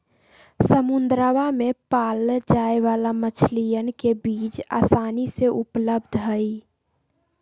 समुद्रवा में पाल्ल जाये वाला मछलीयन के बीज आसानी से उपलब्ध हई